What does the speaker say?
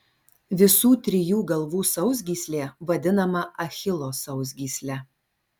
visų trijų galvų sausgyslė vadinama achilo sausgysle